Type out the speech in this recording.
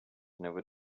never